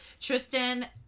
Tristan